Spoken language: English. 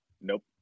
Nope